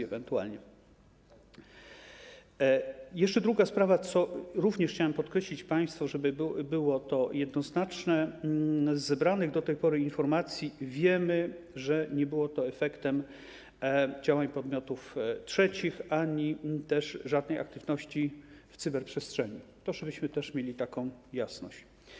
Jeszcze druga sprawa - co również chciałem podkreślić, żeby było to jednoznaczne - z zebranych do tej pory informacji wiemy, że nie było to efektem działań podmiotów trzecich ani też żadnej aktywności w cyberprzestrzeni, żebyśmy mieli taką jasność.